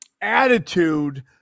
attitude